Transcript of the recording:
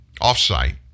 off-site